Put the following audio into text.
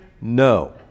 No